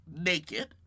naked